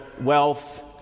wealth